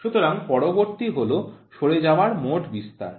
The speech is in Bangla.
সুতরাং পরবর্তী হল সরে যাওয়ার মোট বিস্তার